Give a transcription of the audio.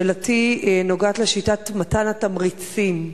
שאלתי נוגעת לשיטת מתן התמריצים.